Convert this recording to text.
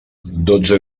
dotze